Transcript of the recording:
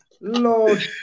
lord